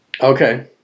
Okay